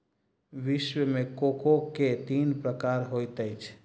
विश्व मे कोको के तीन प्रकार होइत अछि